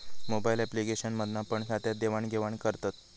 mobile application मधना पण खात्यात देवाण घेवान करतत